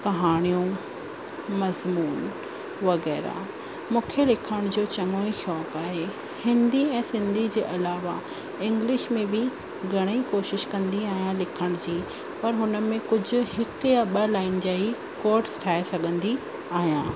कहाणियूं मज़मून वग़ैरह मूंखे लिखण जो चङो ई शौक़ु आहे हिंदी ऐं सिंधी जे अलावा इंग्लिश में बि घणेई कोशिश कंदी आहियां लिखण जी औरि हुन में कुझ हिकु या ॿ लाइन जा ई कोट्स ठाहे सघंदी आहियां